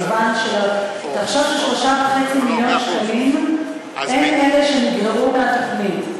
תחשוב ש-3.5 מיליון שקלים הם אלה שנגרעו מהתוכנית.